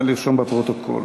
נא לרשום בפרוטוקול.